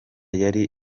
yari